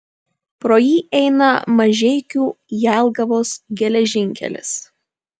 pro jį eina mažeikių jelgavos geležinkelis